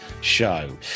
show